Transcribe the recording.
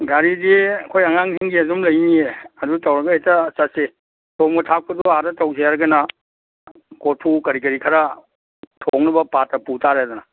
ꯒꯥꯔꯤꯗꯤ ꯑꯩꯈꯣꯏ ꯑꯉꯥꯡꯁꯤꯡꯒꯤ ꯑꯗꯨꯝ ꯂꯩꯅꯤꯌꯦ ꯑꯗꯨ ꯇꯧꯔꯒ ꯍꯦꯛꯇ ꯆꯠꯁꯤ ꯊꯣꯡꯕ ꯊꯥꯛꯄꯗꯨ ꯑꯥꯗ ꯇꯧꯁꯦ ꯍꯥꯏꯔꯒꯅ ꯀꯣꯔꯐꯨ ꯀꯔꯤ ꯀꯔꯤ ꯈꯔ ꯊꯣꯡꯅꯕ ꯄꯥꯇ꯭ꯔꯥ ꯄꯨꯇꯥꯔꯦꯗꯅ